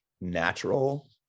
natural